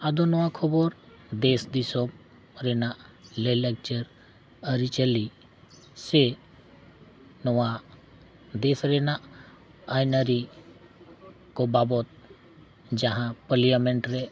ᱟᱫᱚ ᱱᱚᱣᱟ ᱠᱷᱚᱵᱚᱨ ᱫᱮᱥ ᱫᱤᱥᱚᱢ ᱨᱮᱱᱟᱜ ᱞᱟᱹᱭ ᱞᱟᱠᱪᱟᱨ ᱟᱹᱨᱤ ᱪᱟᱹᱞᱤ ᱥᱮ ᱱᱚᱣᱟ ᱫᱮᱥ ᱨᱮᱱᱟᱜ ᱟᱹᱱ ᱟᱹᱨᱤ ᱠᱚ ᱵᱟᱵᱚᱫ ᱡᱟᱦᱟᱸ ᱯᱟᱞᱤᱭᱟᱢᱮᱱᱴ ᱨᱮ